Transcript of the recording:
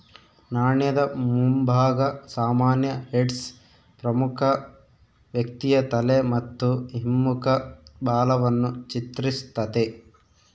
ನಾಣ್ಯದ ಮುಂಭಾಗ ಸಾಮಾನ್ಯ ಹೆಡ್ಸ್ ಪ್ರಮುಖ ವ್ಯಕ್ತಿಯ ತಲೆ ಮತ್ತು ಹಿಮ್ಮುಖ ಬಾಲವನ್ನು ಚಿತ್ರಿಸ್ತತೆ